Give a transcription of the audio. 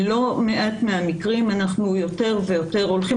בלא מעט מהמקרים אנחנו יותר ויותר הולכים